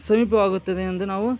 ಸಮೀಪ ಆಗುತ್ತದೆ ಎಂದು ನಾವು